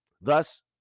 Thus